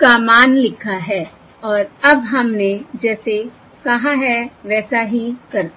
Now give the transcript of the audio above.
का मान लिखा है और अब हमने जैसा कहा है वैसा ही करते हैं